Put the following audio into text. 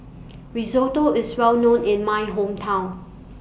Risotto IS Well known in My Hometown